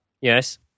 Yes